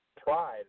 pride